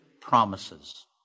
promises